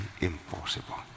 impossible